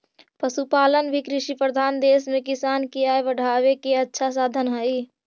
पशुपालन भी कृषिप्रधान देश में किसान के आय बढ़ावे के अच्छा साधन हइ